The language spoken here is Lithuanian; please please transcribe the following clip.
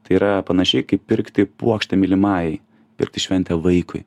tai yra panašiai kaip pirkti puokštę mylimajai pirkti šventę vaikui